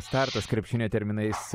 startas krepšinio terminais